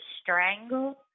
strangled